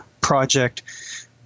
project